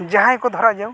ᱡᱟᱦᱟᱭ ᱠᱚ ᱫᱷᱟᱨᱟ